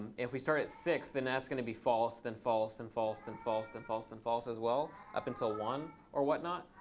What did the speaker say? if we start at six, then that's going to be false, then false, then false, then false, then false, then false as well up until one or whatnot.